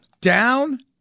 Down